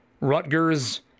Rutgers